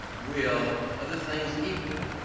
will, other things equal,